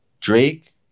Drake